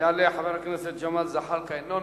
תודה לחבר הכנסת עפו אגבאריה.